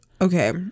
okay